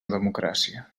democràcia